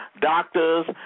doctors